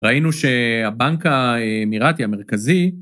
ראינו שהבנק האמירטי המרכזי